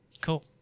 cool